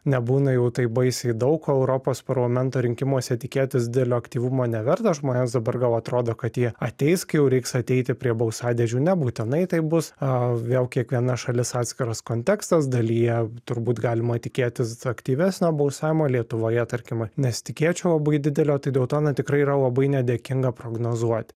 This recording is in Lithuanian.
nebūna jau taip baisiai daug europos parlamento rinkimuose tikėtis didelio aktyvumo neverta žmonės dabar gal atrodo kad jie ateis kai jau reiks ateiti prie balsadėžių nebūtinai taip bus a vėl kiekviena šalis atskiras kontekstas dalyje turbūt galima tikėtis aktyvesnio balsavimo lietuvoje tarkim nesitikėčiau labai didelio tai dėl to na tikrai yra labai nedėkinga prognozuoti